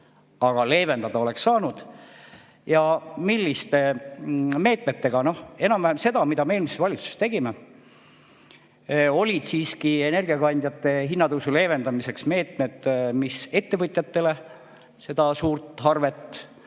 Aga leevendada oleks saanud. Ja milliste meetmetega? Noh, enam-vähem nendega, mida me eelmises valitsuses tegime. Siis olid siiski energiakandjate hinna tõusu leevendamiseks meetmed, mis ettevõtjate suurt arvet